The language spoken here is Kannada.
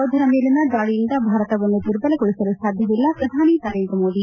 ಯೋಧರ ಮೇಲಿನ ದಾಳಿಯಿಂದ ಭಾರತವನ್ನು ದುರ್ಬಲಗೊಳಿಸಲು ಸಾಧ್ಯವಿಲ್ಲ ಪ್ರಧಾನಿ ನರೇಂದ್ರ ಮೋದಿ